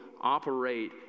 operate